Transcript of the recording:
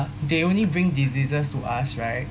they only bring diseases to us right